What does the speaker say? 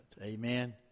Amen